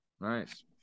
Nice